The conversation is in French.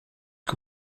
que